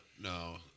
no